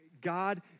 God